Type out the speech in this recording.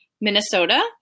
Minnesota